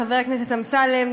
חבר הכנסת אמסלם,